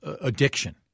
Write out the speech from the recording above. addiction